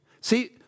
See